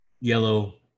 yellow